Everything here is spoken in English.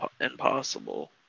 impossible